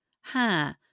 ha